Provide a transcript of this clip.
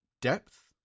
depth